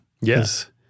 yes